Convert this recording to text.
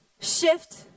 Shift